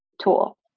tool